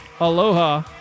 aloha